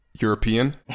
European